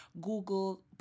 Google